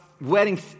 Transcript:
wedding